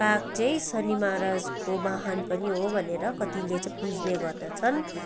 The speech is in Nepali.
काग चाहिँ शनि महाराजको वाहन पनि हो भनेर कतिले चाहिँ पुज्ने गर्दछन्